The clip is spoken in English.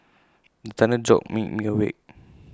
the thunder jolt me me awake